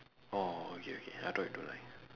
orh okay okay I thought you don't like